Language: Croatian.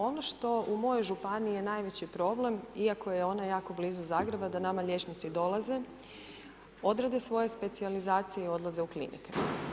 Ono što u mojoj županiji je najveći problem, iako je ona jako blizu Zagreba da nama liječnici dolaze, odrade svoje specijalizacije i odlaze u klinike.